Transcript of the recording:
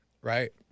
right